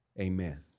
Amen